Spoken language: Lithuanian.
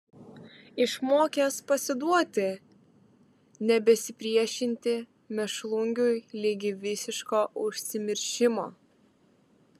išmokęs pasiduoti nebesipriešinti mėšlungiui ligi visiško užsimiršimo